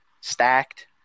stacked